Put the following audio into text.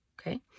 Okay